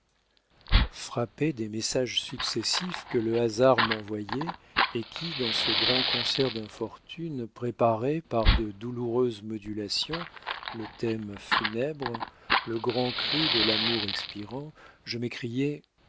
frappé des messages successifs que le hasard m'envoyait et qui dans ce grand concert d'infortunes préparaient par de douloureuses modulations le thème funèbre le grand cri de l'amour expirant je m'écriai